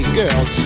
girls